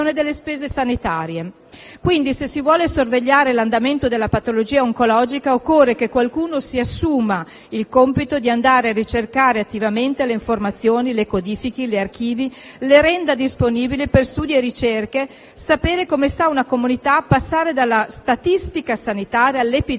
Pertanto, se si vuole sorvegliare l'andamento della patologia oncologica, occorre che qualcuno si assuma il compito di andare a ricercare attivamente le informazioni, di codificarle, di archiviarle, di renderle disponibili per studi e ricerche. Sapere come sta una comunità, passare dalla statistica sanitaria all'epidemiologia,